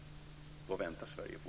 Vad väntar Sverige på?